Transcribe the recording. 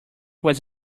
was